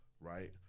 right